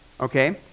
Okay